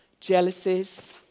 jealousies